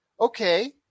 okay